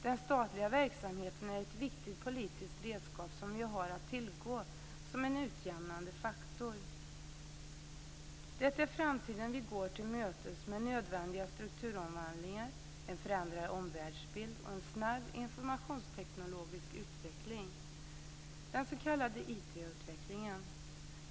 Den statliga verksamheten är ett viktigt politiskt redskap som vi har att tillgå som en utjämnande faktor. Vi går framtiden till mötes med nödvändiga strukturomvandlingar, en förändrad omvärldsbild och en snabb informationsteknologisk utveckling, den s.k.